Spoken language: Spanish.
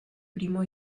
primo